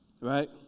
right